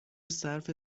صرف